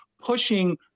pushing